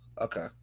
Okay